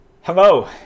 Hello